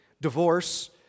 divorce